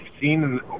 seen